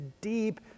deep